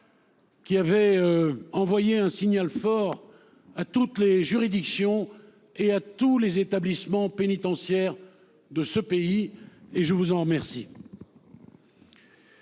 qui envoyez un signal fort à toutes les juridictions et à tous les établissements pénitentiaires de ce pays- et je vous en remercie.